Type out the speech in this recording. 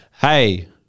Hey